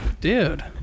Dude